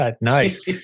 Nice